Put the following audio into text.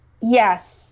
yes